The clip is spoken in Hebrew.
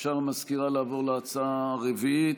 אפשר, המזכירה, לעבור להצעה הרביעית?